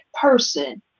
person